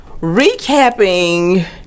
recapping